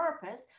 purpose